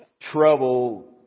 trouble